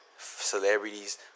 celebrities